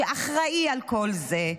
שאחראי על כל זה,